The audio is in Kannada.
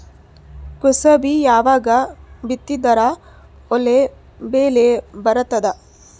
ಕುಸಬಿ ಯಾವಾಗ ಬಿತ್ತಿದರ ಒಳ್ಳೆ ಬೆಲೆ ಬರತದ?